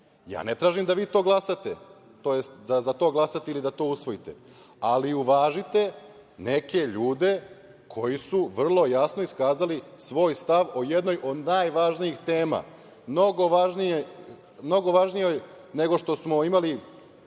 ne tražim da vi to glasate, tj. da za to glasate ili da to usvojite, ali uvažite neke ljude koji su vrlo jasno iskazali svoj stav o jednoj od najvažnijih tema, mnogo važnijoj nego što smo imali